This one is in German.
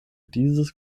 dieses